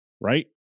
right